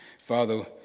Father